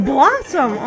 Blossom